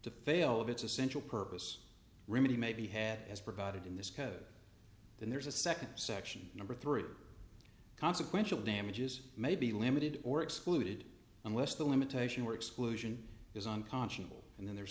to fail of its essential purpose remedy may be had as provided in this code then there's a second section number three consequential damages may be limited or excluded unless the limitation were exclusion is unconscionable and then there